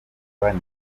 bane